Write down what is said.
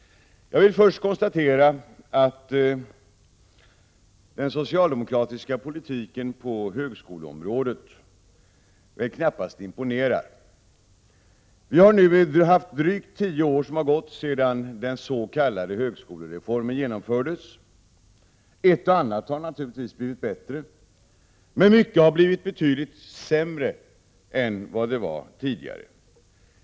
Den socialdemokratiska politiken på högskoleområdet imponerar knappast. Det har nu gått drygt tio år sedan den s.k. högskolereformen genomfördes. Ett och annat har naturligtvis blivit bättre, men mycket har blivit betydligt sämre än det var tidigare.